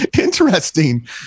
interesting